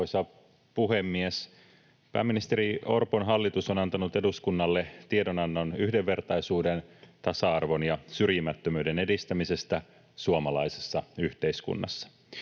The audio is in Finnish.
Section: 9 - Valtioneuvoston tiedonanto yhdenvertaisuuden, tasa-arvon ja syrjimättömyyden edistämisestä suomalaisessa yhteiskunnassa